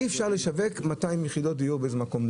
אי אפשר לשווק 200 יחידות דיור באיזה שהוא מקום.